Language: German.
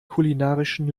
kulinarischen